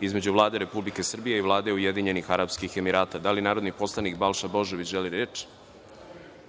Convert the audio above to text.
između Vlade Republike Srbije i Vlade Ujedinjenih Arapskih Emirata. Da li narodni poslanik Balša Božović želi reč?